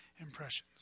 impressions